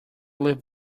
live